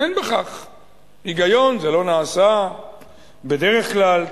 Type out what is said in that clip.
אין בכך היגיון, זה לא נעשה בדרך כלל,